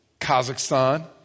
Kazakhstan